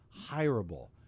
hireable